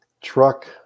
truck